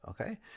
okay